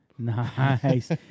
Nice